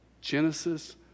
Genesis